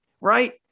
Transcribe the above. right